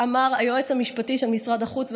אמר היועץ המשפטי של משרד החוץ,